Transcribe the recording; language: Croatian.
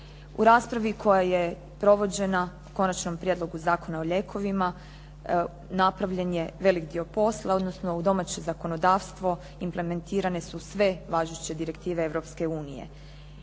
U raspravi koja je provođena o Konačnom prijedlogu zakona o lijekovima napravljen je veliki dio posla, odnosno u domaće zakonodavstvo implementirane su sve važeće direktive